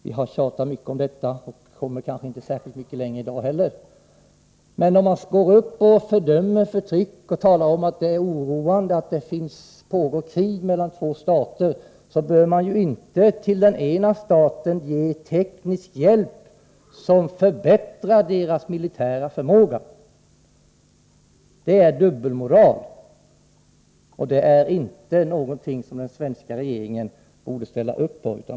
Vi har tjatat mycket om detta och kommer kanske inte så mycket längre i dag heller. Men om man fördömer förtryck och talar om att det är oroande att det pågår krig mellan två stater, bör man inte till den ena staten ge teknisk hjälp som förbättrar deras militära förmåga. Det är dubbelmoral. Det är inte någonting som den svenska regeringen borde ställa upp för.